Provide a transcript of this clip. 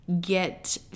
get